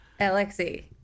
alexi